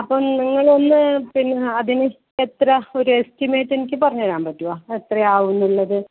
അപ്പം നിങ്ങൾ ഒന്ന് പിന്നെ അതിന് എത്ര ഒരു എസ്റ്റിമേറ്റ് എനിക്ക് പറഞ്ഞ് തരുവാൻ പറ്റുമോ എത്രയാകും എന്നുള്ളത്